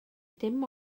dim